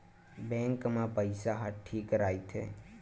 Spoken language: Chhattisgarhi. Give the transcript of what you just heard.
बैंक मा पईसा ह ठीक राइथे?